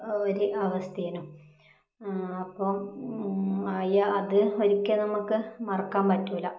ഒരു അവസ്ഥയേനു അപ്പം അയ അത് ഒരിക്കൽ നമുക്ക് മറക്കാൻ പറ്റില്ല